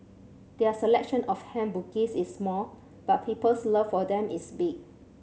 their selection of hand bouquets is small but people's love for them is big